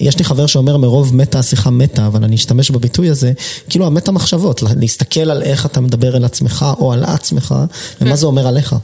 יש לי חבר שאומר מרוב מטה, השיחה מתה, אבל אני אשתמש בביטוי הזה, כאילו המטה מחשבות, להסתכל על איך אתה מדבר אל עצמך או על עצמך ומה זה אומר עליך.